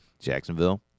Jacksonville